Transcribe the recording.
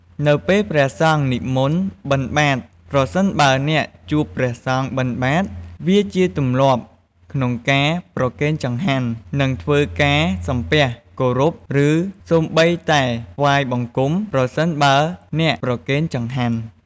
នៅពេលព្រះសង្ឃនិមន្តបិណ្ឌបាត្រ ប្រសិនបើអ្នកជួបព្រះសង្ឃបិណ្ឌបាត្រ វាជាទម្លាប់ក្នុងការប្រគេនចង្ហាន់ និងធ្វើការ សំពះ គោរព ឬសូម្បីតែ ថ្វាយបង្គំ ប្រសិនបើអ្នកប្រគេនចង្ហាន់។